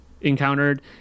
encountered